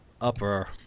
upper